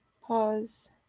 pause